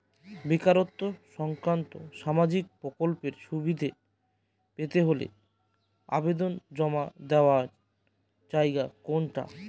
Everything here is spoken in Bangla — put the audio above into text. বেকারত্ব সংক্রান্ত সামাজিক প্রকল্পের সুবিধে পেতে হলে আবেদন জমা দেওয়ার জায়গা কোনটা?